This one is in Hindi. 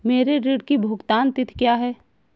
मेरे ऋण की भुगतान तिथि क्या है?